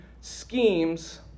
schemes